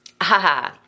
Haha